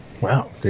Wow